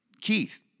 Keith